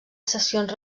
sessions